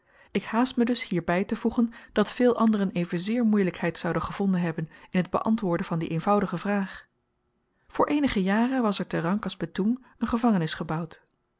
ik haast me dus hierby te voegen dat veel anderen evenzeer moeielykheid zouden gevonden hebben in t beantwoorden van die eenvoudige vraag voor eenige jaren was er te rangkas betoeng een gevangenis gebouwd